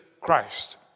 Christ